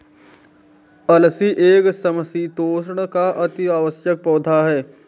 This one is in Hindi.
अलसी एक समशीतोष्ण का अति आवश्यक पौधा है